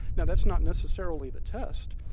now that's not necessarily the test,